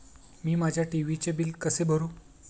मी माझ्या टी.व्ही चे बिल कसे भरू?